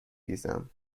ریزم